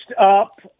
up